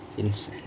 thingks